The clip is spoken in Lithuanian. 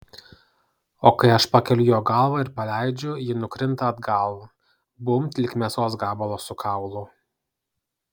o kai aš pakeliu jo galvą ir paleidžiu ji nukrinta atgal bumbt lyg mėsos gabalas su kaulu